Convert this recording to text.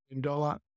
dollar